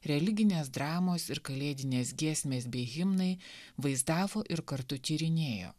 religinės dramos ir kalėdinės giesmės bei himnai vaizdavo ir kartu tyrinėjo